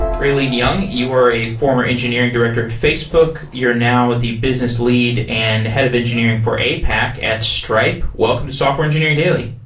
raylene yung, you are a former engineering director at facebook, you're now at the business lead and head of engineering for apac at stripe. welcome to software engineering daily.